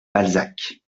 balzac